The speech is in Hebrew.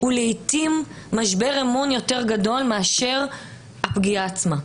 הוא לעתים משבר אמון יותר גדול מאשר הפגיעה עצמה.